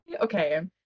okay